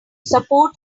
support